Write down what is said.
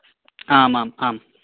आम् आम् आम्